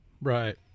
Right